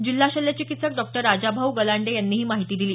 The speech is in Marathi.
जिल्हा शल्यचिकित्सक डॉक्टर राजाभाऊ गलांडे यांनी ही माहिती दिली